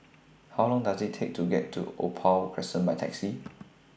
How Long Does IT Take to get to Opal Crescent By Taxi